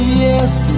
yes